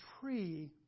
tree